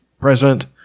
president